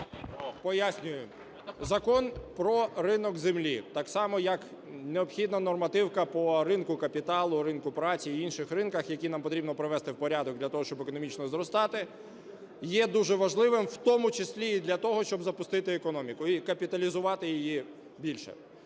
Закон про ринок землі, так само, як необхідна нормативка по ринку капіталу, ринку праці і інших ринках, які нам потрібно привести в порядок для того, щоб економічно зростати, є дуже важливим, в тому числі і для того, щоб запустити економіку і капіталізувати її більше.